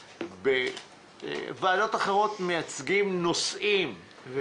בוועדות אחרות מייצגים נושאים מוגדרים,